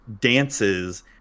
dances